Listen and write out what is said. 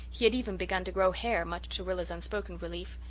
he had even begun to grow hair, much to rilla's unspoken relief.